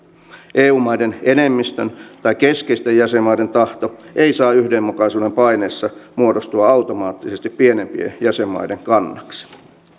eu maiden enemmistön tai keskeisten jäsenmaiden tahto ei saa yhdenmukaisuuden paineessa muodostua automaattisesti pienempien jäsenmaiden kannaksi